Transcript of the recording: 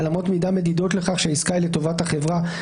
על אמות מידה מדידות לכך שהעסקה היא לטובת החברה,